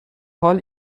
حال